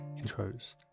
intros